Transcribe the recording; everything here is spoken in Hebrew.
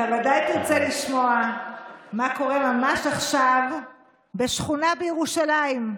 אתה ודאי תרצה לשמוע מה קורה ממש עכשיו בשכונה בירושלים.